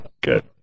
Good